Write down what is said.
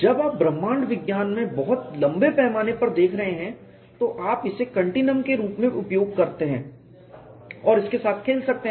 जब आप ब्रह्मांड विज्ञान में बहुत लंबे पैमाने पर देख रहे हैं तो आप इसे कंटीन्यूयम के रूप में उपयोग कर सकते हैं और इसके साथ खेल सकते हैं